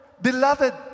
Beloved